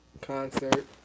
concert